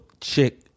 chick